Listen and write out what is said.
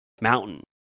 mountain